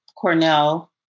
Cornell